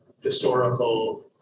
historical